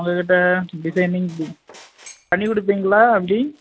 உங்கக்கிட்டே டிசைனிங்கு பண்ணி கொடுப்பிங்களா எப்படி